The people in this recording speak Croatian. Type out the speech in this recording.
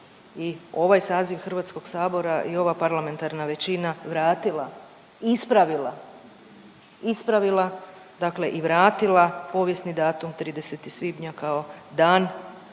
i ovaj saziv Hrvatskog sabora i ova parlamentarna većina vratila, ispravila, ispravila dakle i vratila povijesni datum 30. svibnja kao dan